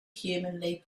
humanly